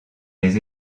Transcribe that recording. les